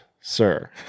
Sir